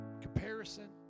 comparison